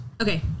Okay